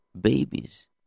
babies